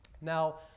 now